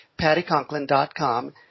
pattyconklin.com